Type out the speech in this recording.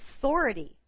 authority